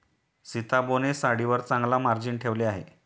सीताबोने साडीवर चांगला मार्जिन ठेवले